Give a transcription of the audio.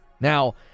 Now